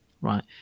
right